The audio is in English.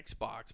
Xbox